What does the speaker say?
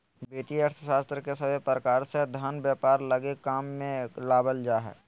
वित्तीय अर्थशास्त्र के सभे प्रकार से धन व्यापार लगी काम मे लावल जा हय